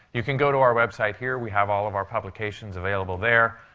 you can go to our website here. we have all of our publications available there.